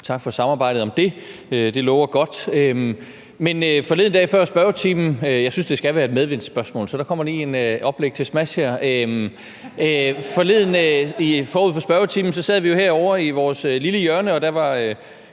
Tak for samarbejdet om det. Det lover godt. Jeg synes, at det skal være et medvindsspørgsmål, så der kommer lige et oplæg til en smash her. Forud for spørgetimen forleden sad vi jo her i vores lille hjørne, og der var